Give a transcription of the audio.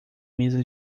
mesa